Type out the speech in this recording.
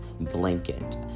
blanket